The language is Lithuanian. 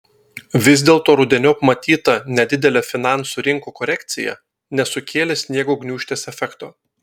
vis dėlto rudeniop matyta nedidelė finansų rinkų korekcija nesukėlė sniego gniūžtės efekto